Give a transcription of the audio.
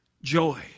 Joy